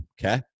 okay